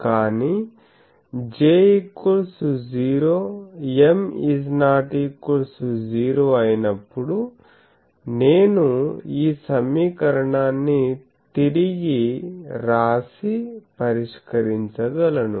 కానీ J0 M≠ 0 అయినప్పుడు నేను ఈ సమీకరణాన్ని తిరిగి రాసి పరిష్కరించగలను